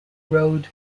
road